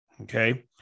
Okay